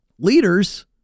leaders